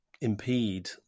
impede